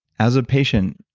as a patient,